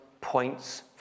points